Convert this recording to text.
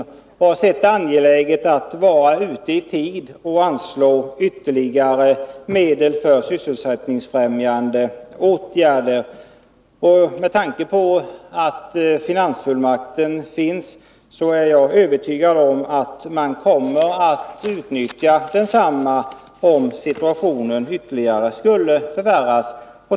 Man har sett det som angeläget att vara ute i tid när det gäller att anslå ytterligare medel för sysselsättningsfrämjande åtgärder. Finansfullmakten finns, och jag är övertygad om att man kommer att utnyttja densamma, om situationen ytterligare skulle förvärras.